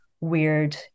weird